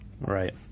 Right